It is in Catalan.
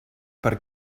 per